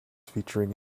featuring